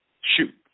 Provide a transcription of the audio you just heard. Shoot